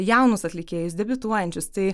jaunus atlikėjus debiutuojančius tai